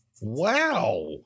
Wow